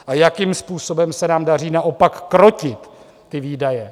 A jakým způsobem se nám daří naopak krotit ty výdaje?